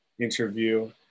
interview